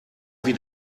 wie